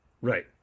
Right